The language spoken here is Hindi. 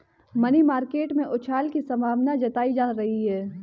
मनी मार्केट में उछाल की संभावना जताई जा रही है